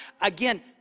Again